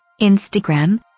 Instagram